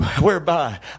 Whereby